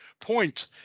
point